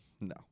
No